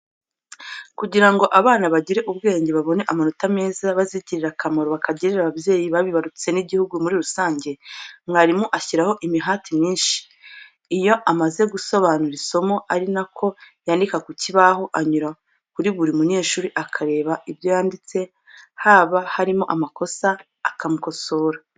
Kugira ngo abana bagire ubwenge, babone amanota meza, bazigirire akamaro, bakagirire ababyeyi babibarutse n'igihugu muri rusange, mwarimu ashyiraho imihati myinshi. Iyo amaze gusobanura isomo ari na ko yandika ku kibaho, anyura kuri buri munyeshuri akareba ibyo yandika, haba harimo amakosa akamukosora.